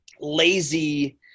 lazy